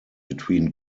between